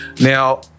Now